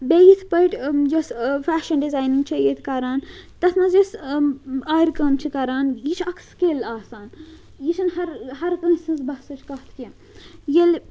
بیٚیہِ یِتھ پٲٹھۍ یۄس فیشَن ڈِزاینِنٛگ چھِ ییٚتہِ کَران تَتھ منٛز یۄس آرِ کٲم چھِ کَران یہِ چھِ اَکھ سِکِل آسان یہِ چھِنہٕ ہر ہر کٲنٛسہِ ہٕنٛز بَسٕچ کَتھ کیٚنٛہہ ییٚلہِ